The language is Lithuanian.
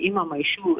imama iš jų